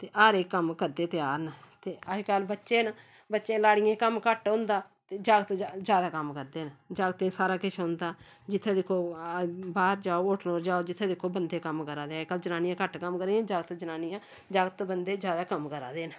ते हर इक कम्म करदे त्यार न ते अज्जकल बच्चे न बच्चें लाड़ियें कम्म घट्ट औंदा ते जागत ज्यादा कम्म करदे न जागतें गी सारा किश औंदा जित्थै दिक्खो बाह्र जाओ होटल पर जाओ जित्थै दिक्खो बंदे कम्म करा दे अज्जकल जनानियां घट्ट कम्म करा दे जागत जनानियां जागत बंदे ज्यादा कम्म करा दे न